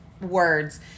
words